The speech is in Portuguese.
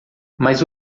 mas